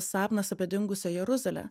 sapnas apie dingusią jeruzalę